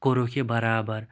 کوٚرُکھ یہِ برابر